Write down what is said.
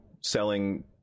selling